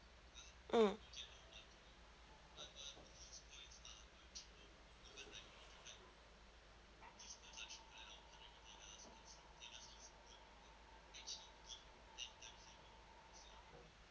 mm